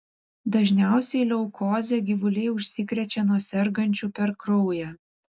dažniausiai leukoze gyvuliai užsikrečia nuo sergančių per kraują